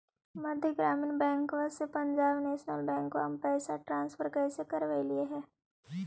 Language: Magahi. मध्य ग्रामीण बैंकवा से पंजाब नेशनल बैंकवा मे पैसवा ट्रांसफर कैसे करवैलीऐ हे?